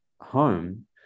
home